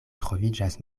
troviĝas